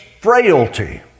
frailty